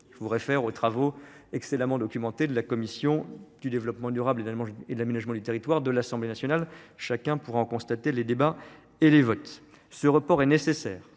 les sénateurs, aux travaux excellemment documentés de la commission du développement durable et de l’aménagement du territoire de l’Assemblée nationale : chacun peut se référer au compte rendu des débats et des votes. Ce report est nécessaire.